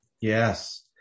Yes